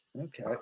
Okay